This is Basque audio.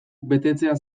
betetzea